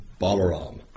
Balaram